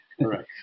right